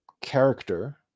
character